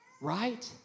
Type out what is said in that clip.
right